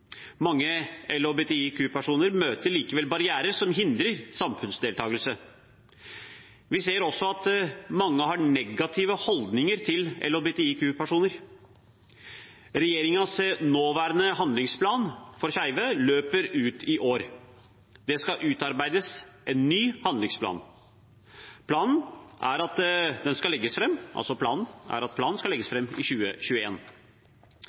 Mange LHBTIQ-personer møter likevel barrierer som hindrer samfunnsdeltakelse. Vi ser også at mange har negative holdninger til LHBTIQ-personer. Regjeringens nåværende handlingsplan for skeive løper ut i år. Det skal utarbeides en ny handlingsplan. Planen er at den skal legges